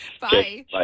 Bye